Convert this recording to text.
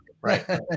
Right